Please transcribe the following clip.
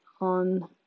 on